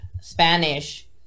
Spanish